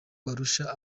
barusha